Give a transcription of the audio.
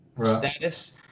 status